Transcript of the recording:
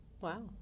Wow